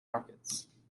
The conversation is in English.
markets